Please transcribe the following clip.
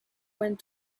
went